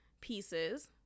pieces